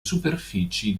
superfici